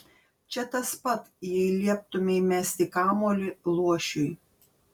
čia tas pat jei lieptumei mesti kamuolį luošiui